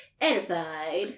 edified